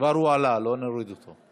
כבר עלה, לא נוריד אותו.